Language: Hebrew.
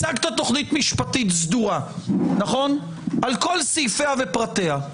הצגת תוכנית משפטית סדורה על כל סעיפיה ופרטיה,